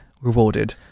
Rewarded